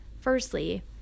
Firstly